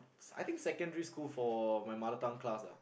I think secondary school for my mother tongue class ah